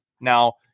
now